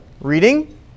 reading